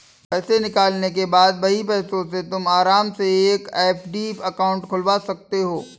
पैसे निकालने के बाद वही पैसों से तुम आराम से एफ.डी अकाउंट खुलवा सकते हो